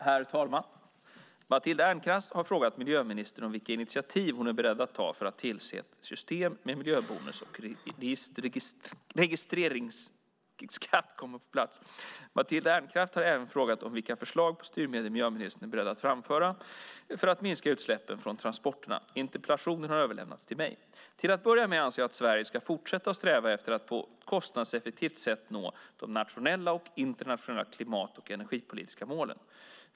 Herr talman! Matilda Ernkrans har frågat miljöministern vilka initiativ hon är beredd att ta för att tillse att ett system med miljöbilsbonus och registreringsskatt kommer på plats. Matilda Ernkrans har även frågat vilka förslag på styrmedel miljöministern är beredd att framföra för att minska utsläppen från transporterna. Interpellationen har överlämnats till mig. Till att börja med anser jag att Sverige ska fortsätta att sträva efter att på ett kostnadseffektivt sätt nå de nationella och internationella klimat och energipolitiska målen.